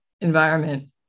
environment